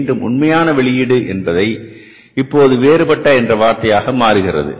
மீண்டும் உண்மையான வெளியீடு என்பது இப்போது வேறுபட்ட என்ற வார்த்தையாக மாறுகிறது